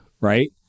Right